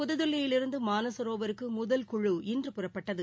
புதுதில்லியிலிருந்துமானசரோவருக்குமுதல் குழு இன்று புறப்பட்டது